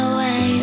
Away